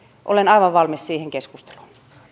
olen aivan valmis siihen keskusteluun